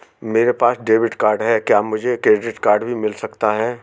मेरे पास debit card है क्या मुझे क्रेडिट कार्ड भी मिल सकता है?